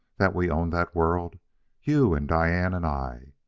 that we own that world you and diane and i?